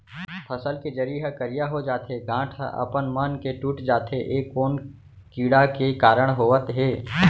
फसल के जरी ह करिया हो जाथे, गांठ ह अपनमन के टूट जाथे ए कोन कीड़ा के कारण होवत हे?